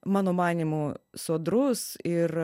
mano manymu sodrus ir